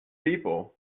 people